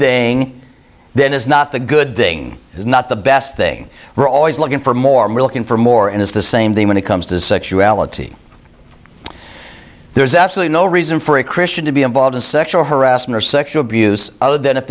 they then it's not the good thing is not the best thing we're always looking for more milk and for more and it's the same thing when it comes to sexuality there is absolutely no reason for a christian to be involved in sexual harassment or sexual abuse other than if